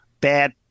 bad